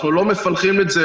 אנחנו לא מפלחים את זה,